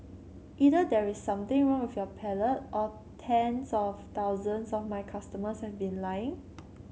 either there is something wrong with your palate or tens of thousands of my customers have been lying